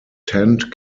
tent